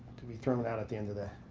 to be thrown out at the end of the